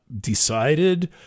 decided